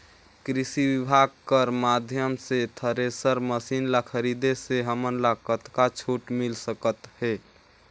कृषि विभाग कर माध्यम से थरेसर मशीन ला खरीदे से हमन ला कतका छूट मिल सकत हे?